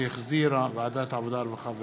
שהחזירה ועדת העבודה, הרווחה והבריאות.